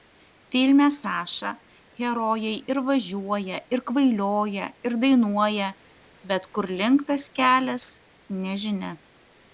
filme saša herojai ir važiuoja ir kvailioja ir dainuoja bet kur link tas kelias nežinia